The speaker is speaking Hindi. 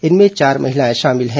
इनमें चार महिलाएं शामिल हैं